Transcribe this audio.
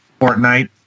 Fortnite